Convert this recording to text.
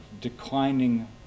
declining